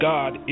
God